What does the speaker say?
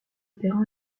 perrin